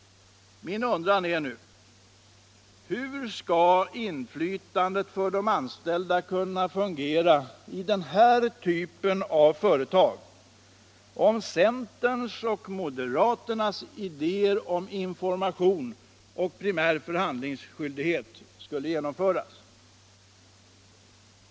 Min undran är nu: Hur skall inflytandet för de anställda kunna fungera i denna typ av företag, om centerns och moderaternas idéer om information och primärförhandling genomförs?